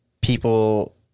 people